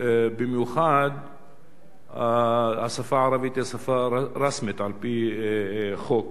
במיוחד כאשר השפה הערבית היא השפה הרשמית על-פי חוק.